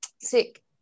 Sick